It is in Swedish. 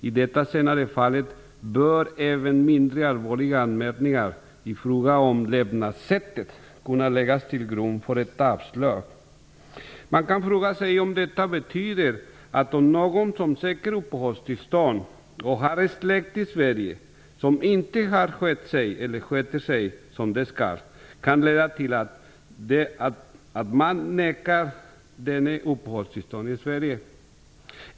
I detta senare fall bör även mindre allvarliga anmärkningar i fråga om levnadssättet kunna läggas till grund för ett avslag." Man kan fråga sig om detta betyder att om någon som söker uppehållstillstånd har släkt i Sverige som inte sköter sig som den skall, skall denne nekas uppehållstillstånd i Sverige.